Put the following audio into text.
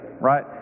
right